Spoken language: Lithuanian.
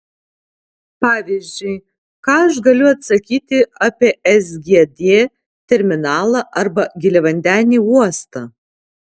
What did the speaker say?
pavyzdžiui ką aš galiu atsakyti apie sgd terminalą arba giliavandenį uostą